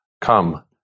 come